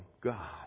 God